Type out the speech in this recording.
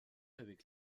avec